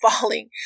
falling